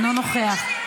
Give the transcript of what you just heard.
אני חייב לציין.